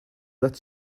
that